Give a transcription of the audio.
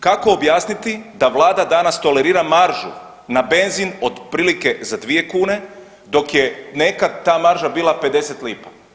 Kako objasniti da vlada danas tolerira maršu na benzin otprilike za 2 kune dok je nekad ta marža bila 50 lipa?